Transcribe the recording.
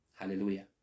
Hallelujah